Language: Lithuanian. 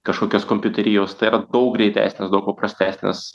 kažkokios kompiuterijos tai yra daug greitesnis daug paprastesnis